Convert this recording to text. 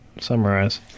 summarize